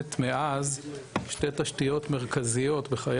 שמנהלת מאז שתי תשתיות מרכזיות בחיי